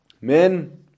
Men